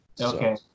Okay